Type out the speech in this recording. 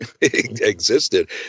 existed